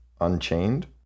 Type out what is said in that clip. Unchained